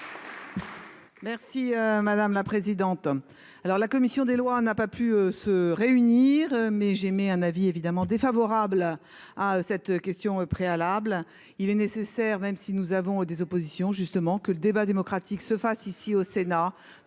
Merci madame la présidente, alors la commission des lois n'a pas pu se réunir, mais j'émets un avis évidemment défavorable à cette question préalable, il est nécessaire, même si nous avons des oppositions justement que le débat démocratique se fasse ici au Sénat,